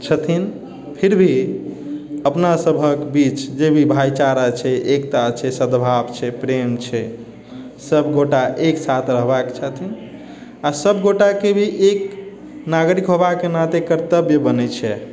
छथिन फिर भी अपना सबके बीच जे भी भाइचारा छै एकता छै सद्भाव छै प्रेम छै सबगोटा एक साथ रहबाके छथिन आओर सबगोटाके भी एक नागरिक होबाके नाते कर्तव्य बनै छै